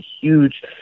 huge